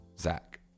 Zach